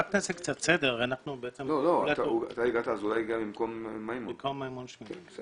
ידוע שיש מוני מים, אני